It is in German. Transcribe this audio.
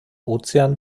ozean